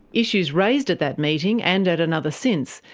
issues raised at that meeting, and at another since,